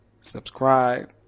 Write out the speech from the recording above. subscribe